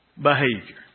behavior